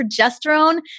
progesterone